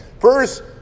First